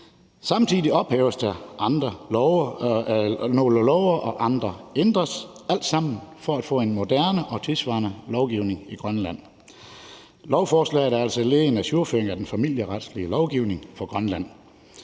love ophæves, og andre ændres, alt sammen for at få en moderne og tidssvarende lovgivning i Grønland. Lovforslaget er altså et led i en ajourføring af den familieretlige lovgivning for Grønland.